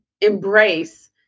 embrace